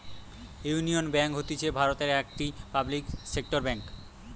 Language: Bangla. ইউনিয়ন বেঙ্ক হতিছে ভারতের একটি পাবলিক সেক্টর বেঙ্ক